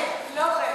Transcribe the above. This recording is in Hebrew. היא לא אוכלת.